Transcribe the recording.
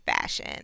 fashion